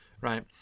right